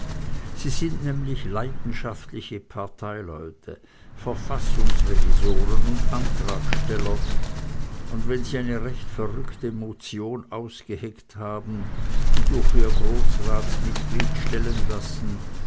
sie sind nämlich leidenschaftliche parteileute verfassungsrevisoren und antragsteller und wenn sie eine recht verrückte motion ausgeheckt haben und durch ihr großratsmitglied stellen lassen